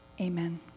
Amen